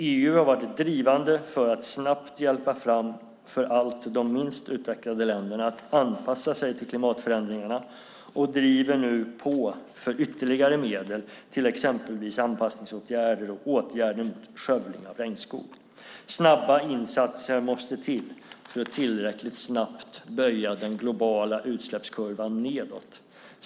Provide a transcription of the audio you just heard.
EU har varit drivande för att snabbt hjälpa framför allt de minst utvecklade länderna att anpassa sig till klimatförändringarna och driver nu på för ytterligare medel till exempelvis anpassningsåtgärder och åtgärder mot skövling av regnskog. Snabba insatser måste till för att tillräckligt snabbt böja den globala utsläppskurvan nedåt.